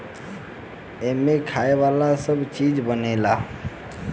एमें खाए वाला सब चीज बनेला